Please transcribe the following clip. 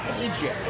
Egypt